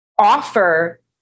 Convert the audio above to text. offer